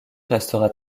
restera